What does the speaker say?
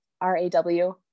R-A-W